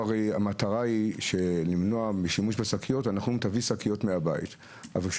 אי אפשר לבקש רב פעמי מהמשלוחן.